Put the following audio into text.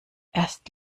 erst